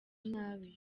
nabi